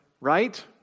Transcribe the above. right